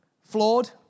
Flawed